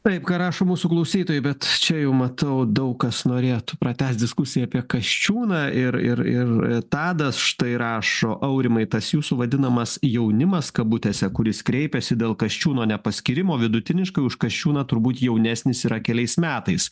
taip ką rašo mūsų klausytojai bet čia jau matau daug kas norėtų pratęsti diskusiją apie kasčiūną ir ir tadas štai rašo aurimai tas jūsų vadinamas jaunimas kabutėse kuris kreipiasi dėl kasčiūno nepaskyrimo vidutiniškai už kasčiūną turbūt jaunesnis yra keliais metais